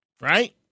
right